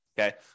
Okay